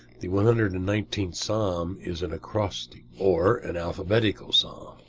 the one hundred and nineteenth psalm is an acrostic, or an alphabetical psalm.